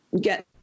get